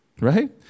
right